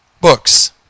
books